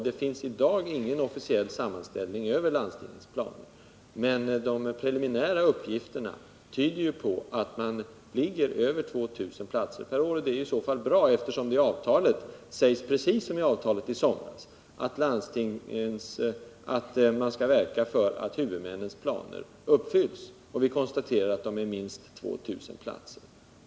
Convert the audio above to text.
Det finns i dag ingen officiell sammanställning över landstingens planer, men de preliminära uppgifterna tyder på att man planerar en utbyggnad med över 2 000 platser per år. Det är i så fall bra. Det stämmer med vad som sägs i avtalet, att man skall verka för att huvudmännens planer uppfylls, och att de planerna innebär en utbyggnad med minst 2 000 platser.